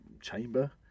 chamber